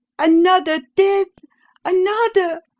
another death another!